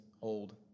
old